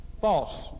False